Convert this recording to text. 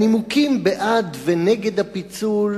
הנימוקים בעד ונגד הפיצול,